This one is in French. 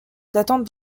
datant